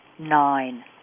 nine